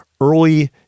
Early